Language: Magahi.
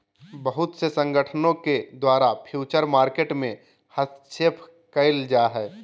बहुत से संगठनों के द्वारा फ्यूचर मार्केट में हस्तक्षेप क़इल जा हइ